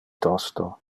tosto